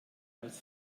als